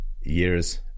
years